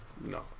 No